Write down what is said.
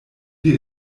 dir